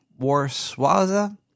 Warswaza